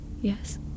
Yes